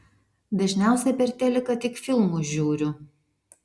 dažniausiai per teliką tik filmus žiūriu